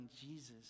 Jesus